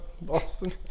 Boston